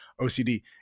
OCD